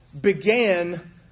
began